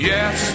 Yes